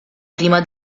prima